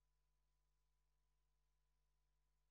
זה